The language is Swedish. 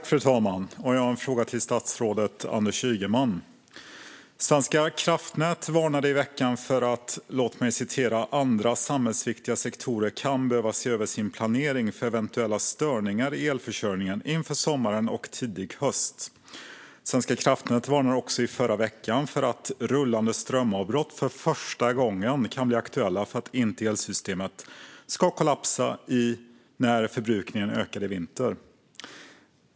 Fru talman! Jag har en fråga till statsrådet Anders Ygeman. Svenska kraftnät varnade i veckan för att, som de uttryckte det, andra samhällsviktiga sektorer kan behöva se över sin planering för eventuella störningar i elförsörjningen inför sommaren och tidig höst. Svenska kraftnät varnade också i förra veckan för att rullande strömavbrott för första gången kan bli aktuella för att inte elsystemet ska kollapsa när förbrukningen ökar i vinter.